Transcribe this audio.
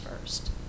first